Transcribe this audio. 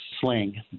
sling